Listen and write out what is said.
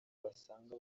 basanga